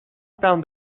found